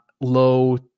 low